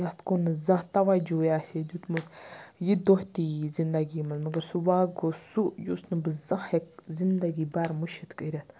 یَتھ کُن نہٕ زانٛہہ توَجوٗوٕے آسہِ ہے دیُتمُت یہِ دۄہ تہِ یی زندگی منٛز مگر سُہ واقعہٕ گوٚو سُہ یُس نہٕ بہٕ زانٛہہ ہٮ۪کہٕ زندگی بَر مٔشِت کٔرِتھ